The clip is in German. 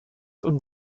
und